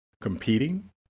competing